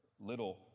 little